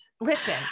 Listen